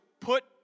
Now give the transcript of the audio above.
put